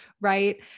right